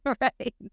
Right